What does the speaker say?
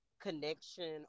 connection